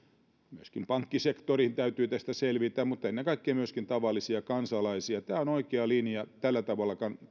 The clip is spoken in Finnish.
myöskin pankkisektorin täytyy tästä selvitä mutta ennen kaikkea tavallisia kansalaisia tämä on oikea linja tällä tavalla